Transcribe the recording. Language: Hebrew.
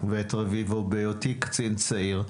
בהיותי קצין צעיר,